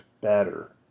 better